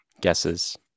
guesses